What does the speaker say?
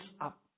up